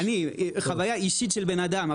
אני, חוויה אישית של בן אדם.